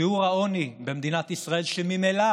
שיעור העוני במדינת ישראל, שממילא